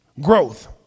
growth